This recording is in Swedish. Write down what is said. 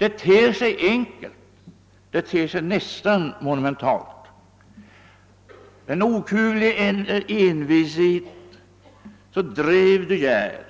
Det ter sig som enkelt, nästan monumentalt. Med okuvlig envishet drev De Geer